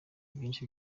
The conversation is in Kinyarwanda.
byinshi